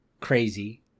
crazy